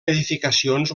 edificacions